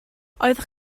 oeddech